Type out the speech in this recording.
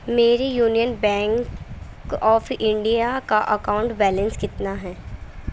میرے Union Bank of India کا account balance کتنا ہے